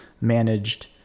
managed